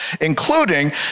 including